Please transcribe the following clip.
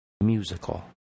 musical